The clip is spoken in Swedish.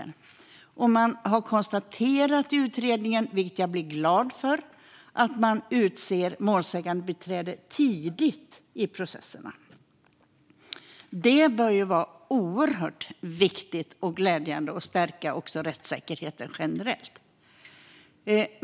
Utredningen har konstaterat, vilket jag blir glad för, att man utser målsägandebiträde tidigt i processerna. Det bör vara oerhört viktigt och glädjande, och det bör också stärka rättssäkerheten generellt.